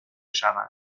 شود